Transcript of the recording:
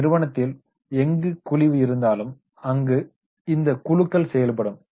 ஒரு நிறுவனத்தில் எங்கு குழிவு இருந்தாலும் அங்கு இந்த குழுக்கள் செயல்படும்